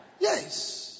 Yes